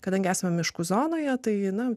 kadangi esame miškų zonoje tai viena